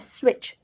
switch